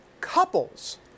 couples